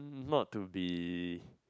not to be